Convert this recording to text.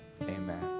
amen